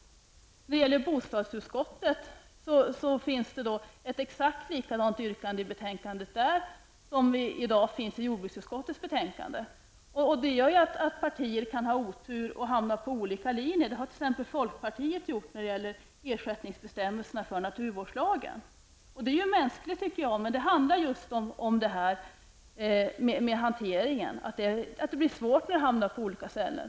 I bostadsutskottet och i jordbruksutskottet finns exakt likalydande yrkanden. Detta gör att partier kan ha otur och hamna på olika linjer. Det har t.ex. folkpartiet gjort när det gäller ersättningsbestämmelserna i naturvårdslagen. Det är mänskligt, men hanteringen blir besvärlig när samma fråga hamnar på olika ställen.